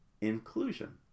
inclusion